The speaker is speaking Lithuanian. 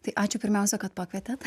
tai ačiū pirmiausia kad pakvietėt